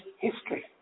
history